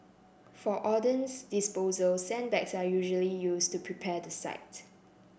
for ordnance disposal sandbags are usually used to prepare the site